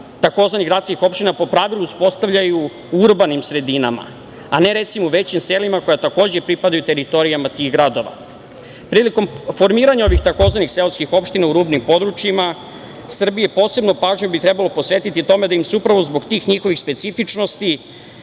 tzv. gradskih opština po pravilu uspostavljaju u urbanim sredinama, a ne recimo u većim selima koja takođe pripadaju teritorijama tih gradova. Prilikom formiranja ovih tzv. seoskih opština u rubnim područjima Srbije posebnu pažnju bi trebalo posvetiti tome da im se upravo zbog tih njihovih specifičnosti